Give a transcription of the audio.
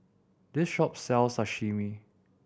this shop sells Sashimi